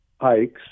hikes